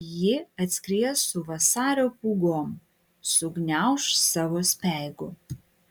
ji atskries su vasario pūgom sugniauš savo speigu